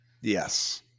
Yes